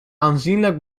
aanzienlijk